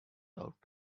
out